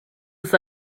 ist